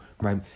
right